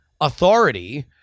authority